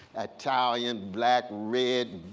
italian, black, red,